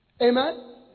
Amen